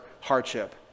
hardship